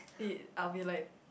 be I will be like